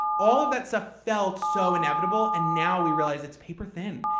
all of that stuff felt so inevitable, and now we realize it's paper thin.